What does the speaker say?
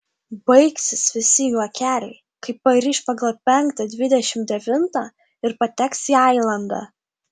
baigsis visi juokeliai kai pariš pagal penktą dvidešimt devintą ir pateks į ailandą